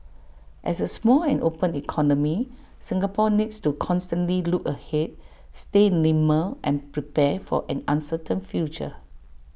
as A small and open economy Singapore needs to constantly look ahead stay nimble and prepare for an uncertain future